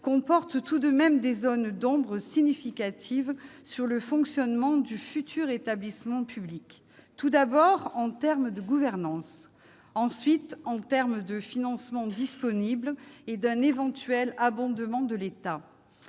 comporte tout de même des zones d'ombre significatives sur le fonctionnement du futur établissement public : tout d'abord, en termes de gouvernance ; ensuite, en termes de financement disponible et d'un éventuel abondement de l'État.